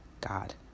God